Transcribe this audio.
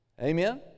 Amen